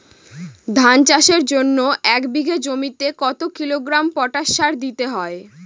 ধান চাষের জন্য এক বিঘা জমিতে কতো কিলোগ্রাম পটাশ সার দিতে হয়?